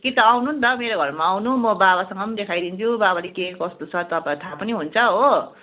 कि त आउनु नि त मेरो घरमा आउनु म बाबासँग नि देखाइदिन्छु बाबाले के कस्तो छ तपाईँलाई थाहा पनि हुन्छ हो